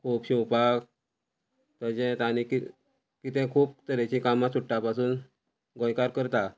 खोप शिंवपाक तशेंच आनी कितें कितें खूब तरेची कामां चुट्टा पासून गोंयकार करता